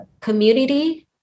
community